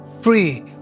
free